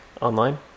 Online